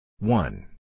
One